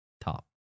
Top